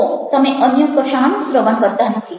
તો તમે અન્ય કશાનું શ્રવણ કરતા નથી